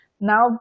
now